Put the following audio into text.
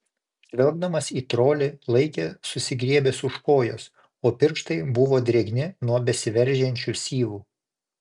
žvelgdamas į trolį laikė susigriebęs už kojos o pirštai buvo drėgni nuo besiveržiančių syvų